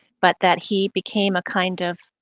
but that he became a kind of